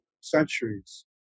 centuries